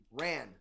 ran